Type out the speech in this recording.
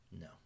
No